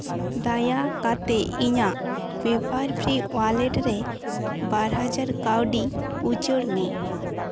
ᱫᱟᱭᱟ ᱠᱟᱛᱮᱫ ᱤᱧᱟᱹᱜ ᱯᱮᱯᱟᱨ ᱯᱷᱨᱤ ᱳᱣᱟᱞᱮᱴ ᱨᱮ ᱵᱟᱨ ᱦᱟᱡᱟᱨ ᱠᱟᱹᱣᱰᱤ ᱩᱪᱟᱹᱲ ᱢᱮ